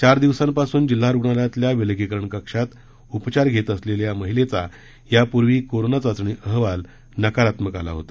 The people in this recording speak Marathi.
चार दिवसांपासून जिल्हा रुग्णालयातल्या विलगीकरण कक्षात उपचार घेत असलेल्या या महिलेचा यापूर्वीचा कोरोना चाचणी अहवाल नकारात्मक आला होता